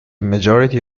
majority